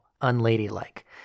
unladylike